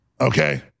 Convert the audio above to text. Okay